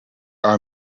are